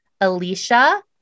Alicia